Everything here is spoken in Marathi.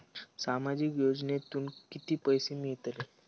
सामाजिक योजनेतून किती पैसे मिळतले?